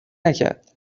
نکرد